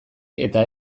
eta